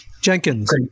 Jenkins